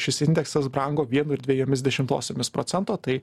šis indeksas brango vienu ir dvejomis dešimtosiomis procento tai